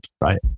right